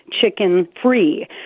chicken-free